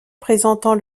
présentant